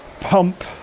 pump